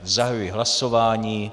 Zahajuji hlasování.